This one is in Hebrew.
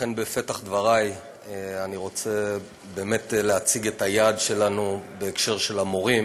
בפתח דבריי אני רוצה להציג את היעד שלנו בהקשר של המורים.